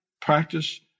practice